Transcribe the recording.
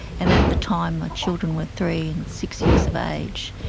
and at the time my children were three and six years of age.